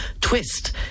twist